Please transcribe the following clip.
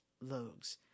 Logs